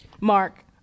Mark